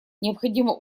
необходима